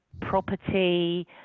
property